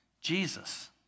Jesus